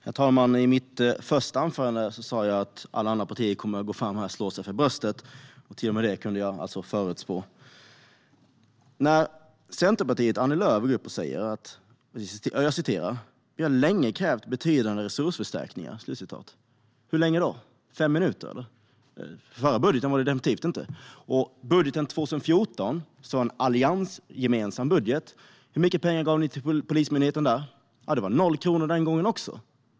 Herr talman! I mitt första anförande sa jag att alla andra partier kommer att gå fram här och slå sig för bröstet. Till och med det kunde jag alltså förutspå. Centerpartiets Annie Lööf går upp och säger "vi har länge krävt betydande resursförstärkningar". Hur länge då? Fem minuter, eller? I förra budgeten var det definitivt inte. Och hur mycket pengar gav ni till Polismyndigheten i budgeten 2014, som var en alliansgemensam budget? Det var 0 kronor den gången också.